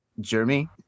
Jeremy